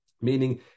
Meaning